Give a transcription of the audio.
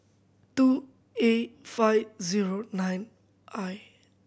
two A five zero nine I